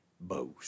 boast